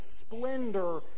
splendor